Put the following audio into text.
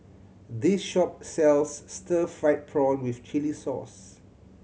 this shop sells stir fried prawn with chili sauce